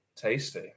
Tasty